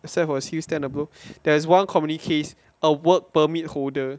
except for his houston a blue there's one community case a work permit holder